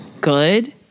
good